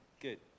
Good